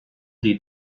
die